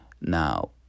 Now